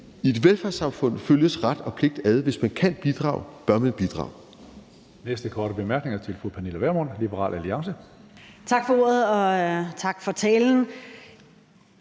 I et velfærdssamfund følges ret og pligt ad – hvis man kan bidrage, bør man bidrage.